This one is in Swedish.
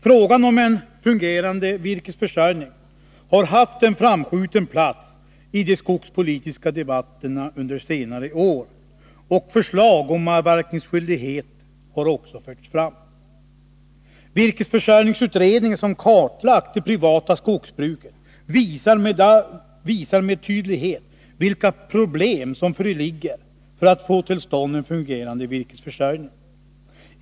Frågan om en fungerande virkesförsörjning har haft en framskjuten plats i de skogspolitiska debatterna under senare år, och förslag om avverkningsskyldighet har också förts fram. Virkesförsörjningsutredningen som kartlagt det privata skogsbruket visar med tydlighet vilka problem som föreligger för att vi skall kunna få till stånd en fungerande virkesförsörjning.